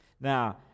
Now